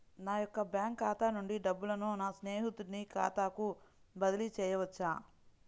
నా యొక్క బ్యాంకు ఖాతా నుండి డబ్బులను నా స్నేహితుని ఖాతాకు బదిలీ చేయవచ్చా?